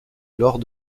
lors